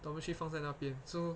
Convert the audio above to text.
dormitory 放在那边 so